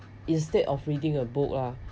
instead of reading a book lah